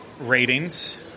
ratings